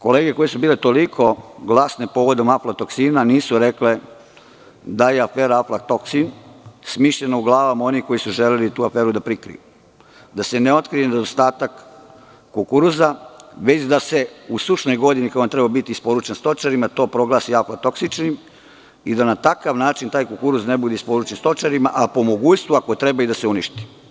Kolege koje su bile toliko glasne povodom aflatoksina nisu rekle da je afera aflatoksin smišljena u glavama onih koji su želeli tu aferu da prikriju, da se ne otkrije nedostatak kukuruza, već da se u sušnoj godini, kada je trebalo da bude isporučen stočarima to proglasi aflatoksičnim i da na takav način taj kukuruz ne bude isporučen stočarima, a po mogućstvu, ako treba i da se uništi.